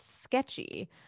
sketchy